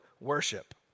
worship